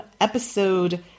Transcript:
episode